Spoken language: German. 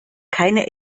keine